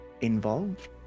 involved